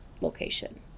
location